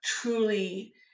truly